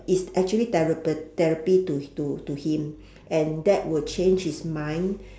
is actually therap~ therapy to to to him and that would change his mind